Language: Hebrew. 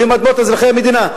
ואם אדמות אזרחי המדינה,